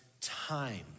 time